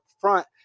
front